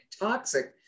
toxic